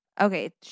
okay